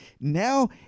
now